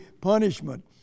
punishment